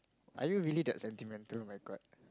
are you really that sentimental oh-my-God